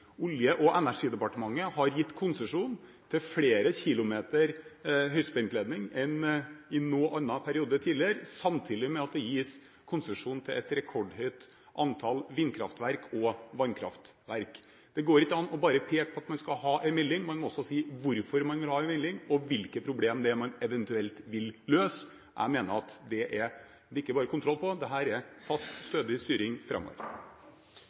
Olje- og energidepartementet har gitt konsesjon til flere kilometer høyspentledning enn i noen annen periode tidligere, samtidig med at det gis konsesjon til et rekordhøyt antall vindkraftverk og vannkraftverk. Det går ikke an bare å peke på at man skal ha en melding. Man må også si hvorfor man vil ha en melding, og hvilke problemer det er man eventuelt vil løse. Jeg mener at dette er det ikke bare kontroll på, dette er fast, stødig styring framover.